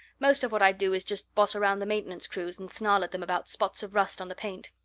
most of what i do is just boss around the maintenance crews and snarl at them about spots of rust on the paint.